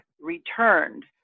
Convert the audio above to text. returned